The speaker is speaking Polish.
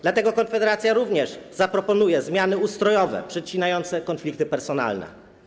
Dlatego Konfederacja również zaproponuje zmiany ustrojowe przecinające konflikty personalne.